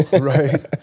Right